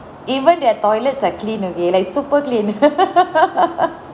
even their toilets are clean okay like super clean